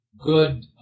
good